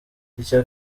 icya